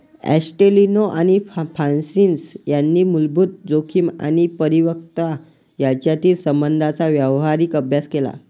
ॲस्टेलिनो आणि फ्रान्सिस यांनी मूलभूत जोखीम आणि परिपक्वता यांच्यातील संबंधांचा व्यावहारिक अभ्यास केला